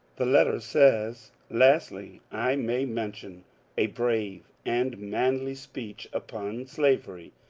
the letter says lastly, i may mention a brave and manly speech upon slavery,